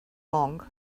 monk